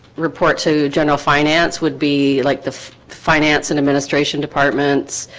report to general finance would be like the finance and administration departments